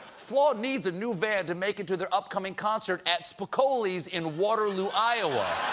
flaw needs a new van to make it to their upcoming concert at spicoli's in waterloo, iowa.